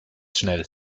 schnell